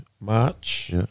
March